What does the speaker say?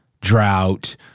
drought